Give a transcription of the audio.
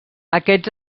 aquests